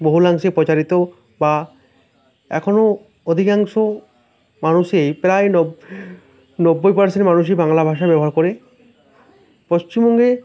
বহুলাংশে প্রচারিত বা এখনও অধিকাংশ মানুষেই প্রায় নব নব্বই পার্সেন্ট মানুষই বাংলা ভাষা ব্যবহার করে পশ্চিমবঙ্গে